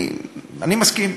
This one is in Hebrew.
אני מסכים.